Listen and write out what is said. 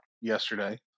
yesterday